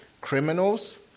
criminals